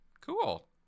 cool